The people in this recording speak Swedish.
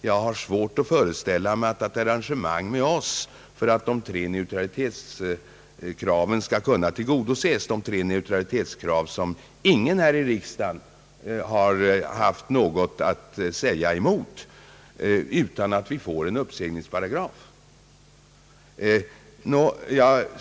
Jag har svårt att föreställa mig att ett tillgodoseende av de tre neutralitetskraven, som ingen bär i riksdagen har haft något emot, skall kunna tillgodoses utan att vi får en uppsägningsparagraf.